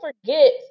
forget